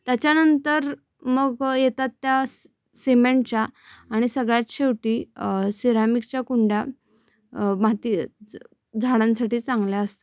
त्याच्यानंतर मग येतात त्या सिमेंटच्या आणि सगळ्यात शेवटी सिरामिकच्या कुंड्या माती झा झाडांसाठी चांगल्या असतात